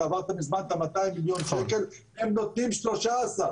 זה עבר מזמן את ה-200 מיליון שקל והם נותנים 13,